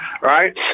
Right